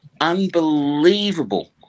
unbelievable